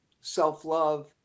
self-love